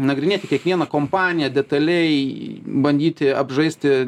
nagrinėti kiekvieną kompaniją detaliai bandyti apžaisti